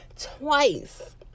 Twice